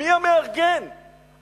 מי המארגן,